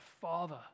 Father